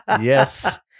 Yes